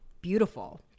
Beautiful